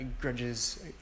grudges